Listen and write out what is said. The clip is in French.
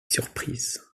surprise